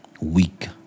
weak